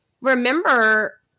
remember